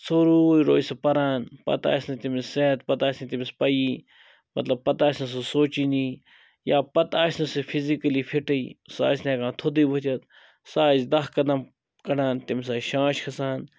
ژھوٚروٗے روزِ سُہ پَران پَتہٕ آسہِ نہٕ تٔمِس صحت پَتہٕ آسہ نہٕ تٔمِس پَیی مَطلَب پَتہٕ آسہ نہٕ سُہ سونچٲنی یا پَتہٕ آسہ نہٕ سُہ فِزِکلی فِٹٕے سُہ آسہِ نہٕ ہٮ۪کان تھوٚدُے ؤتھِتھ سُہ آسہِ دہ قدم کَڑان تٔمِس آسہِ شانٛش کھَسان